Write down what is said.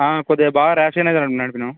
కొద్దిగా బాగా రాష్గానే ద నడిపాము